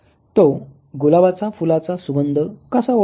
तो गुलाबाच्या फुलाचा सुगंध कसा ओळखतो